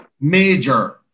major